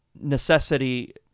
necessity